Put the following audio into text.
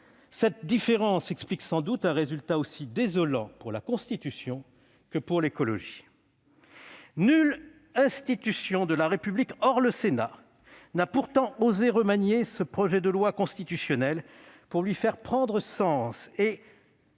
Cette différence explique sans doute un résultat aussi désolant pour la Constitution que pour l'écologie. Nulle institution de la République, hormis le Sénat, n'a pourtant osé remanier ce projet de loi constitutionnelle, pour lui faire prendre sens et